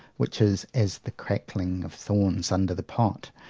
which is as the crackling of thorns under the pot,